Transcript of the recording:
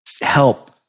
help